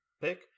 pick